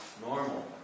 normal